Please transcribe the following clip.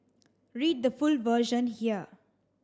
read the full version here